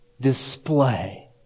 display